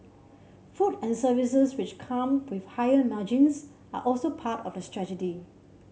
food and services which come with higher margins are also part of the strategy